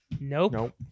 Nope